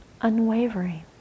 unwavering